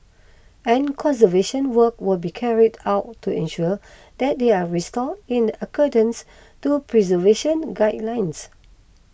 and conservation work will be carried out to ensure that they are restored in accordance to preservation guidelines